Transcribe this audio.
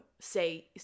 say